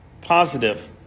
positive